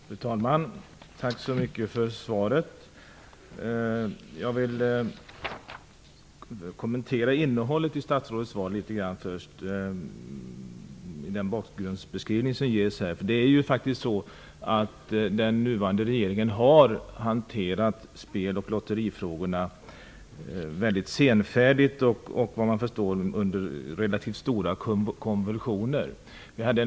Fru talman! Tack så mycket för svaret. Jag vill först kommentera innehållet i statsrådet svar litet grand och den bakgrundsbeskrivning som ges. Den nuvarande regeringen har hanterat spel och lotterifrågorna väldigt senfärdigt och såvitt jag förstår under relativt stora konvulsioner.